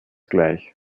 gleich